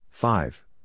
Five